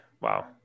Wow